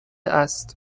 است